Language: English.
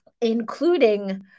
including